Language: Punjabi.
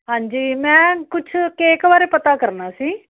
ਹਾਂਜੀ ਮੈਂ ਕੁਛ ਕੇਕ ਬਾਰੇ ਪਤਾ ਕਰਨਾ ਸੀ